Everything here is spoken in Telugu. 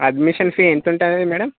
అడ్మిషన్ ఫీ ఎంత ఉంటుంది మేడం